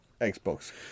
Xbox